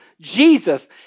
Jesus